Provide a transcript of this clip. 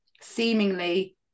seemingly